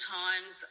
times